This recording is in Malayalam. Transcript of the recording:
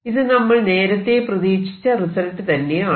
ഇത് നമ്മൾ നേരത്തെ പ്രതീക്ഷിച്ച റിസൾട്ട് തന്നെ ആണ്